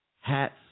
hats